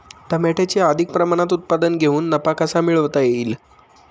टमाट्याचे अधिक प्रमाणात उत्पादन घेऊन नफा कसा मिळवता येईल?